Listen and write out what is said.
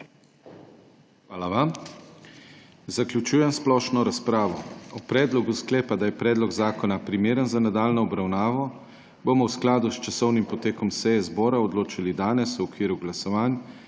HOT: S tem zaključujem splošno razpravo. O predlogu sklepa, da je predlog zakona primeren za nadaljnjo obravnavo, bomo v skladu s časovnim potekom seje zbora odločali v torek,